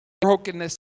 brokenness